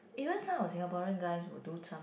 even some of the Singaporean guys will do some